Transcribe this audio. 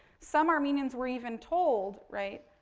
some armenians were even told, right,